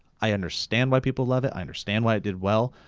i understand why people love it, i understand why it did well,